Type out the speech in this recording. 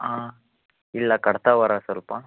ಹಾಂ ಇಲ್ಲ ಕಡಿತ ಬರತ್ತೆ ಸ್ವಲ್ಪ